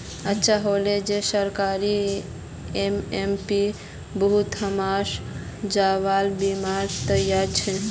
अच्छा हले जे सरकार एम.एस.पीर बितु हमसर चावल लीबार तैयार छ